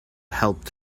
helped